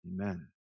Amen